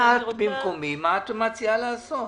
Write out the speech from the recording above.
במקומי, מה את מציעה לעשות?